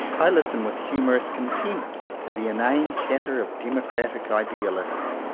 i listen with humourous contempt to the inane chatter of demo cratic idealists.